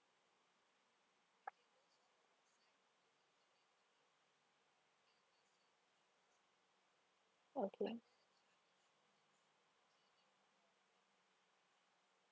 okay